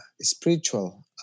spiritual